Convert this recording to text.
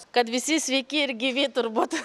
kad visi sveiki ir gyvi turbūt